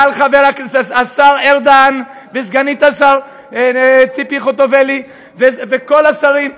כנ"ל השר ארדן וסגנית השר ציפי חוטובלי וכל השרים,